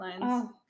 lines